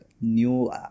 new